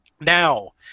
now